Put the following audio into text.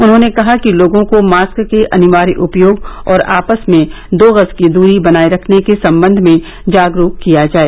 उन्होंने कहा कि लोगों को मास्क के अनिवार्य उपयोग और आपस में दो गज की दूरी बनाए रखने के सम्बंध में जागरूक किया जाए